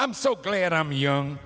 i'm so glad i'm young